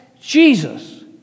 jesus